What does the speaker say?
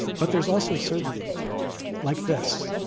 but there's also certainty like this,